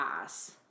pass